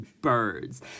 birds